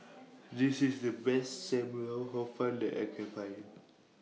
This IS The Best SAM Lau Hor Fun that I Can Find